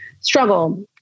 struggle